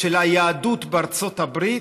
של היהדות בארצות הברית,